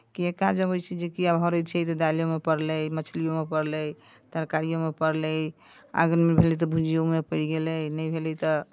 किआ काज अबै छै जे कि आब हरदि छै तऽ दालिओमे पड़लै मछलिओमे पड़लै तरकारिओमे पड़लै अगर मोन भेलै तऽ भुजियोमे पड़ि गेलै नहि भेलै तऽ